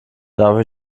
darf